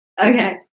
Okay